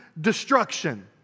destruction